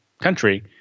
country